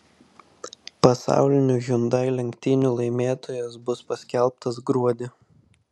pasaulinių hyundai lenktynių laimėtojas bus paskelbtas gruodį